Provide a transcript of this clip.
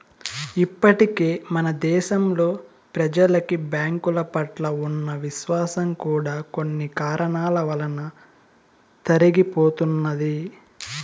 ఇప్పటికే మన దేశంలో ప్రెజలకి బ్యాంకుల పట్ల ఉన్న విశ్వాసం కూడా కొన్ని కారణాల వలన తరిగిపోతున్నది